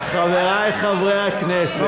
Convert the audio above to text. חברי חברי הכנסת,